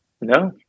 no